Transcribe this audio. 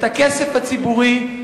את הכסף הציבורי,